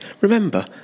remember